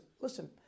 listen